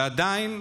ועדיין,